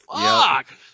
fuck